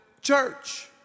church